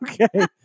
Okay